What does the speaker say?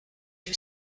you